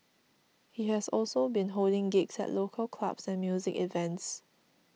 he has also been holding gigs at local clubs and music events